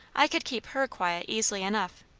i could keep her quiet easily enough.